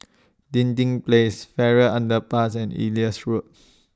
Dinding Place Farrer Underpass and Elias Road